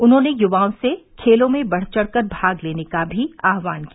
उन्होंने य्वाओं से खेलों में बढ़ चढ़कर भाग लेने का भी आहवान किया